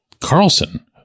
Carlson